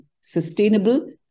sustainable